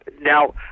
Now